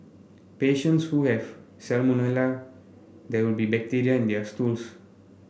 patients who have salmonella there will be bacteria in their stools